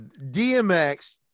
DMX